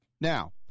Now